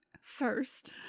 first